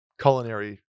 culinary